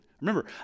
Remember